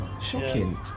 Shocking